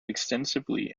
extensively